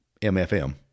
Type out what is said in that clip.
MFM